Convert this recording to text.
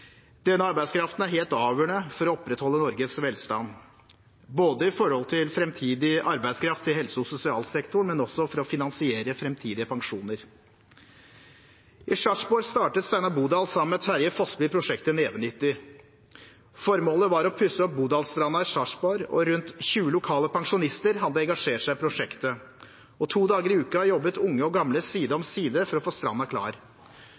Denne arbeidskraften er helt avgjørende for å opprettholde Norges velstand i forhold til framtidig arbeidskraft i helse- og sosialsektoren, men også for å finansiere framtidige pensjoner. I Sarpsborg startet Steinar Bodal sammen med Terje Fossby prosjektet Nevenyttig. Formålet var å pusse opp Bodalsstranda i Sarpsborg. Rundt 20 lokale pensjonister hadde engasjert seg i prosjektet, og to dager i uka jobbet unge og gamle side om side for å få stranda klar.